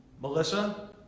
Melissa